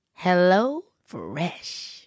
HelloFresh